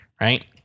right